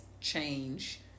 change